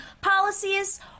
policies